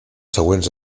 següents